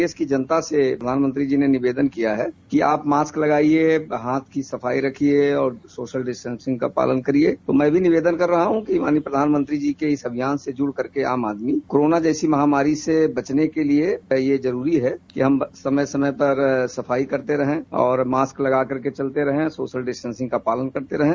देश की जनता से प्रधानमंत्री जी ने निवेदन किया है कि आप मॉस्क लगाईये हाथ की सफाई रखिये सोशल डिस्टेंसिंग का पालन करिये तो मैं निवेदन कर रहा हूं कि माननीय प्रधानमंत्री जी के इस अभियान से जुड़ करके आम आदमी कोरोना जैसी महामारी से बचने के लिए ये जरूरी है कि हम समय समय पर सफाई करते रहें और मॉस्क लगा करके चलते रहें सोशल डिस्टेंसिंग का पालन करते रहें